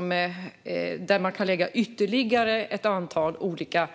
Man kan dock lägga till ytterligare ett antal olika